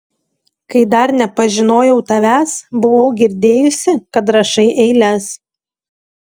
kai dar nepažinojau tavęs buvau girdėjusi kad rašai eiles